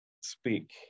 speak